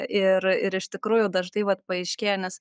ir ir iš tikrųjų dažnai vat paaiškėja nes